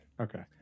Okay